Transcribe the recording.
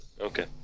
Okay